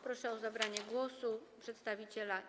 Proszę o zabranie głosu przedstawiciela.